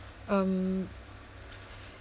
um